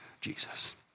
Jesus